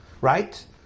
right